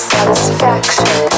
Satisfaction